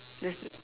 there's